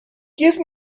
give